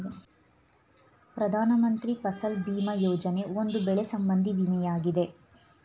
ಪ್ರಧಾನ ಮಂತ್ರಿ ಫಸಲ್ ಭೀಮಾ ಯೋಜನೆ, ಒಂದು ಬೆಳೆ ಸಂಬಂಧಿ ವಿಮೆಯಾಗಿದೆ